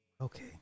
Okay